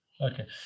Okay